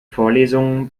vorlesungen